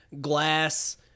glass